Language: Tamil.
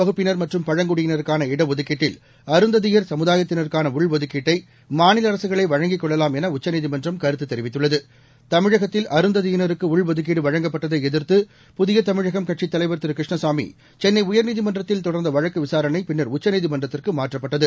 வகுப்பினர் மற்றும் பழங்குடியினருக்கான இடஒதுக்கீட்டில் அருந்ததியர் ஷெட்யூல்டு சமுதாயத்தினருக்கான உள்ஒதுக்கீட்டை மாநில அரசுகளே வழங்கிக் கொள்ளலாம் என உச்சநீதிமன்றம் கருத்து தெரிவித்துள்ளது தமிழகத்தில் அருந்ததியினருக்கு உள்ஒதுக்கீடு வழங்கப்பட்டதை எதிர்த்து புதிய தமிழகம் தலைவர் கிருஷ்ணசாமி சென்னை உயர்நீதிமன்றத்தில் தொடர்ந்த வழக்கு விசாரணை பின்னர் திரு உச்சநீதிமன்றத்திற்கு மாற்றப்பட்டது